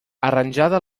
arranjada